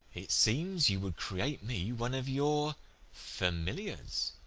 it seems you would create me one of your familiars.